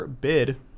bid